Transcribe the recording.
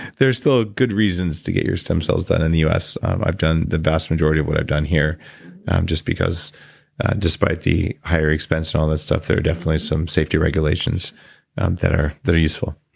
there's still ah good reasons to get your stem cells done in the us. i've done the vast majority of what i've done here just because despite the higher expense and all that stuff, there are definitely some safety regulations that are that are useful.